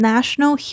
National